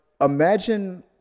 imagine